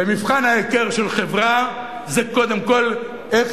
ומבחן ההיכר של חברה זה קודם כול איך